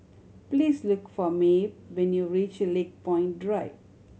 please look for Maeve when you reach Lakepoint Drive